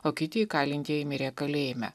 o kiti įkalintieji mirė kalėjime